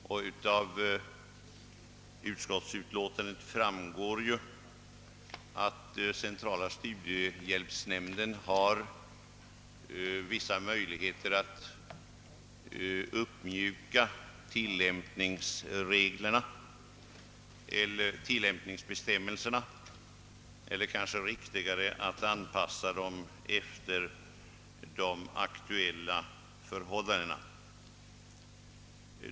Såsom framgår av utskottsutlåtandet har också centrala studiehjälpsnämnden vissa möjligheter att uppmjuka tillämpningsbestämmelserna eller kanske riktigare att anpassa dem efter de aktuella förhållandena.